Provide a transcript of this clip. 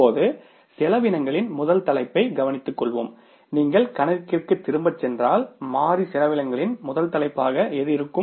இப்போது செலவினங்களின் முதல் தலைப்பை கவனித்துக்கொள்வோம் நீங்கள் கணக்கிற்கு திரும்பிச் சென்றால் மாறி செலவினங்களின் முதல் தலைப்பாக இருக்கும்